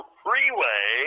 freeway